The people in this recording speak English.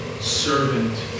servant